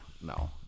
no